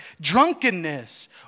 Drunkenness